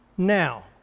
Now